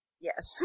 Yes